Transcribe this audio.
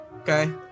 Okay